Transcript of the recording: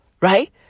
right